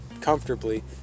comfortably